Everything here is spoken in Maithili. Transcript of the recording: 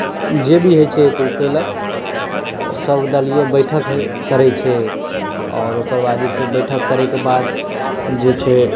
जे भी होइत छै ओ केलक सर्वदलीय बैठक होइत करैत छै आओर ओकर बाद जे छै बैठक करयके बाद जे छै